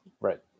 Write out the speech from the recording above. right